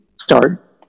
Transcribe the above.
start